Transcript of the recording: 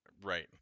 Right